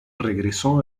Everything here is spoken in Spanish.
regresó